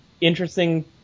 interesting